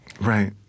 Right